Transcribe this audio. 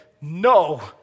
no